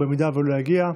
אם הוא לא יגיע,